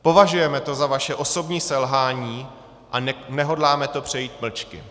Považujeme to za vaše osobní selhání a nehodláme to přejít mlčky.